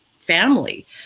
family